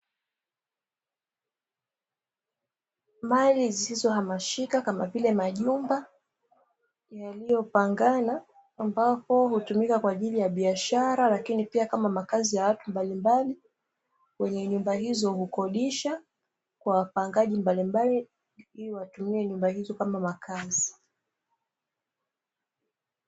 Mali zisizohamishika kama vile majumba yaliyopangana, ambapo hutumika kwa ajili ya biashara lakini pia kama makazi ya watu mbalimbali, wenye nyumba hizo hukodisha, kwa wapangaji mbalimbali, ili watumie nyumba hizo kama makazi.